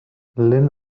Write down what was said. lynn